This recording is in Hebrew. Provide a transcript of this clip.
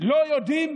לא יודעים